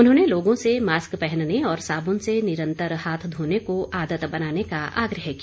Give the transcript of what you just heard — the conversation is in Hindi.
उन्होंने लोगों से मास्क पहनने और साबुन से निरंतर हाथ धोने को आदत बनाने का आग्रह किया